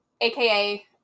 aka